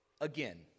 again